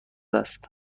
است